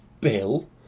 Bill